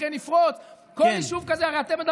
אין מחלוקת על זה שצריך להסדיר את היישובים שם,